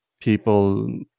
people